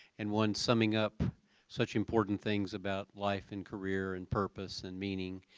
and one summing up such important things about life, and career, and purpose, and meaning.